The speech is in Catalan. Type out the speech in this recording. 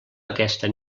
aquesta